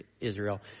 Israel